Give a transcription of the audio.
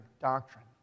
doctrine